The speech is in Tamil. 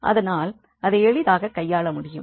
அதனால் அதை எளிதாகக் கையாள முடியும்